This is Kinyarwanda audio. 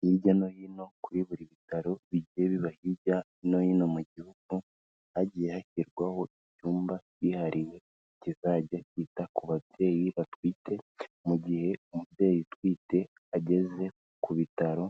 Hirya no hino kuri buri bitaro bigiye biba hirya no hino mu gihugu, hagiye hashyirwaho icyumba bihariye kizajya cyita ku babyeyi batwite, mu gihe umubyeyi utwite ageze ku bitaro